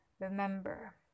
Remember